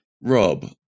Rob